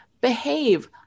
behave